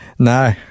No